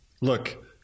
Look